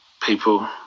people